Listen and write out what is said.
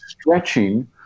stretching